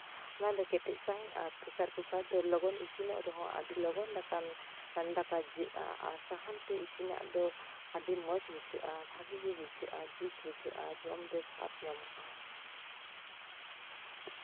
ᱚᱱᱟ ᱫᱚ ᱠᱮᱴᱮᱡ ᱥᱟᱺᱦᱤᱡ ᱟᱨ ᱯᱮᱥᱟᱨ ᱠᱩᱠᱟᱨ ᱫᱚ ᱞᱚᱜᱚᱱ ᱤᱥᱤᱱᱚᱜ ᱨᱮᱦᱚᱸ ᱞᱚᱜᱚᱱ ᱫᱟᱠᱟ ᱡᱟᱹᱜᱼᱟ ᱟᱨ ᱥᱟᱦᱟᱱ ᱛᱮ ᱤᱥᱤᱱᱟᱜ ᱫᱚ ᱟᱹᱰᱤ ᱢᱚᱡᱽ ᱵᱩᱡᱷᱟᱹᱜᱼᱟ ᱵᱷᱟᱜᱮ ᱜᱮ ᱵᱩᱡᱷᱟᱹᱜᱼᱟ ᱡᱩᱛ ᱵᱩᱡᱷᱟᱹᱜᱼᱟ ᱡᱚᱢ ᱨᱮ ᱥᱟᱫ ᱧᱟᱢᱚᱜᱼᱟ